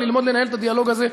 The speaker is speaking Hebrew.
וללמוד לנהל את הדיאלוג הזה.